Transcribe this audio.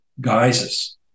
guises